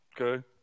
Okay